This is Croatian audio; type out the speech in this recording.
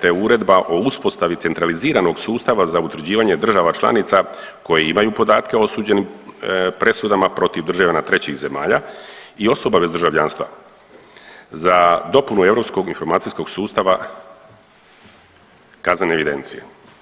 te Uredba o uspostavi centraliziranog sustava za utvrđivanje država članica koje imaju podatke o osuđenim presudama protiv državljana trećih zemalja i osoba bez državljanstva za dopunu europskog informacijskog sustava kaznene evidencije.